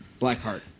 Blackheart